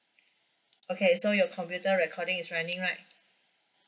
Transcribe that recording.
okay so your computer recording is running right